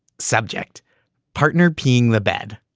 subject partner peeing the bed?